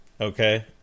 okay